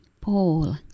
Paul